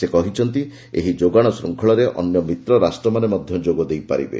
ସେ କହିଛନ୍ତି ଏହି ଯୋଗାଣ ଶୃଙ୍ଖଳରେ ଅନ୍ୟ ମିତ୍ର ରାଷ୍ଟ୍ରମାନେ ମଧ୍ୟ ଯୋଗ ଦେଇ ପାରିବେ